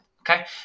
Okay